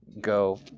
Go